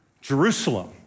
Jerusalem